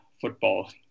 football